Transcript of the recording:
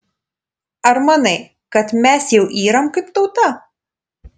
ar manai kad mes jau yram kaip tauta